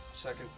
second